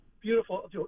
beautiful